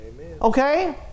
Okay